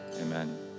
Amen